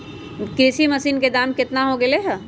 कृषि मशीन के दाम कितना हो गयले है?